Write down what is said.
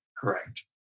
Correct